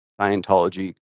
Scientology